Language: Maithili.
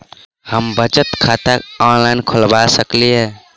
हम बचत खाता ऑनलाइन खोलबा सकलिये?